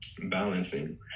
balancing